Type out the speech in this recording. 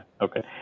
okay